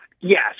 Yes